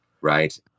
right